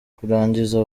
kurangiza